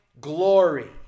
glory